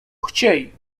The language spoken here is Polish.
chciej